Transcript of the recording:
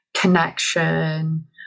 connection